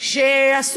שעשה